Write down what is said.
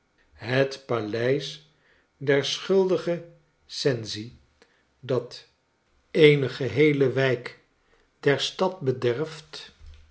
het paleis der schuldige cenci dat eene gerome heele wijk der stad bederft